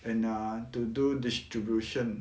and err to do distribution